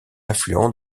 affluent